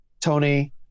Tony